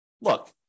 look